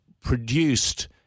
produced